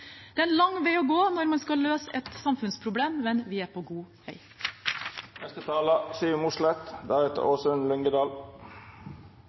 Det er en lang vei å gå når man skal løse et samfunnsproblem, men vi er på god